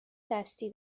دستی